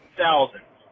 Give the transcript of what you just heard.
thousands